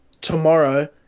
tomorrow